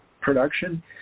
production